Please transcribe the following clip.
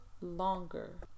longer